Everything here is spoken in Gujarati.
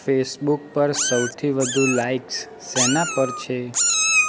ફેસબુક પર સૌથી વધુ લાઈક્સ શેના પર છે